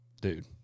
dude